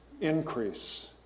increase